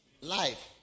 life